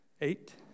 eight